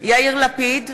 יאיר לפיד,